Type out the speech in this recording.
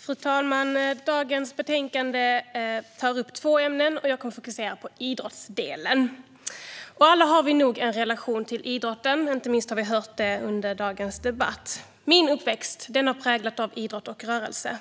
Fru talman! Dagens betänkande behandlar två ämnen, och jag kommer att fokusera på idrottsdelen. Vi har nog alla en relation till idrotten - det har vi hört inte minst under dagens debatt. Min uppväxt präglades av idrott och rörelse.